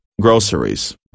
groceries